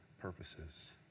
purposes